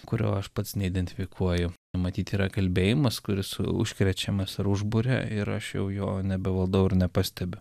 kurio aš pats neidentifikuoju nu matyti yra kalbėjimas kuris užkrečiamas ar užburia ir aš jau jo nebevaldau ir nepastebiu